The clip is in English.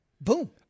boom